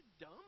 dumb